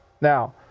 Now